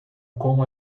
com